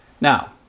Now